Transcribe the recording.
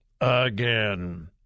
again